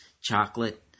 chocolate